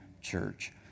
church